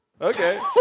Okay